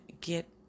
get